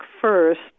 first